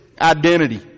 identity